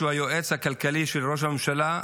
שהוא היועץ הכלכלי של ראש הממשלה,